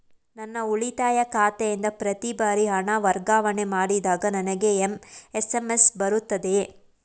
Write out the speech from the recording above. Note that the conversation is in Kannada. ನನ್ನ ಉಳಿತಾಯ ಖಾತೆಯಿಂದ ಪ್ರತಿ ಬಾರಿ ಹಣ ವರ್ಗಾವಣೆ ಮಾಡಿದಾಗ ನನಗೆ ಎಸ್.ಎಂ.ಎಸ್ ಬರುತ್ತದೆಯೇ?